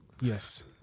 Yes